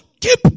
keep